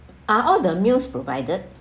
are all the meals provided